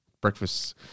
Breakfast